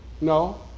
No